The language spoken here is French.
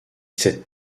cette